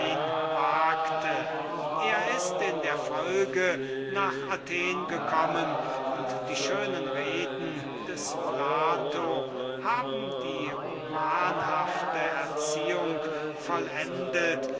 er ist hernach eine geraume zeit zu athen gewesen und die schönen reden des plato haben die romanhafte erziehung vollendet